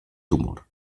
tumor